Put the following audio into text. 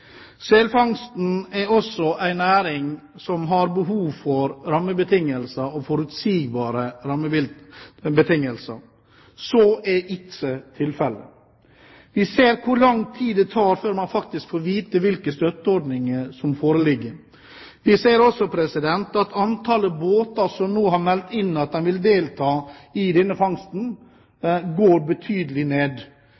Selfangsten er også en næring som har behov for forutsigbare rammebetingelser. Så er ikke tilfellet i dag. Vi ser hvor lang tid det tar før man får vite hvilke støtteordninger som foreligger. Vi ser også at antallet båter som nå har meldt inn at de vil delta i denne fangsten,